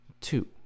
two